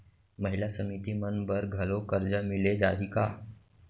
महिला समिति मन बर घलो करजा मिले जाही का?